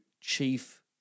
chief